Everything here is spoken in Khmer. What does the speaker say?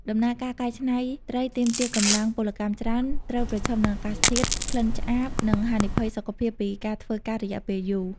ដំណើរការកែច្នៃត្រីទាមទារកម្លាំងពលកម្មច្រើន ត្រូវប្រឈមនឹងអាកាសធាតុ ក្លិនឆ្អាប និងហានិភ័យសុខភាពពីការធ្វើការរយៈពេលយូរ។